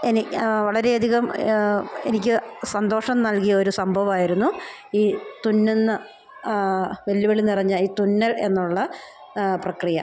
എനിക്ക് വളരെയധികം എനിക്ക് സന്തോഷം നൽകിയൊരു സംഭവമായിരുന്നു ഈ തുന്നുന്ന വെല്ലുവിളി നിറഞ്ഞ ഈ തുന്നൽ എന്നുള്ള പ്രക്രിയ